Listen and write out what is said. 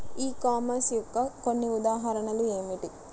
E commerce యొక్క కొన్ని ఉదాహరణలు ఏమిటి?